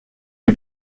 lui